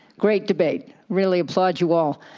great debate. really applaud you all.